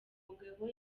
mugabo